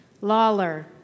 Lawler